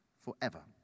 forever